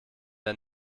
der